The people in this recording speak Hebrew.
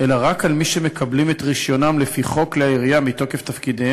אלא רק על מי שמקבלים את רישיונם לפי חוק כלי הירייה מתוקף תפקידיהם,